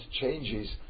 changes